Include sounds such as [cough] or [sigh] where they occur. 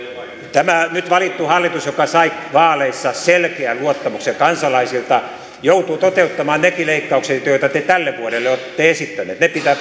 tämä nyt valittu hallitus joka sai vaaleissa selkeän luottamuksen kansalaisilta joutuu toteuttamaan nekin leikkaukset joita te tälle vuodelle olette esittäneet ne pitää [unintelligible]